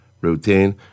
routine